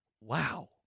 Wow